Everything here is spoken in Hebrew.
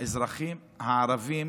האזרחים הערבים